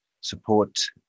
Support